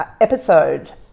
episode